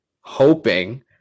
hoping